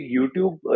YouTube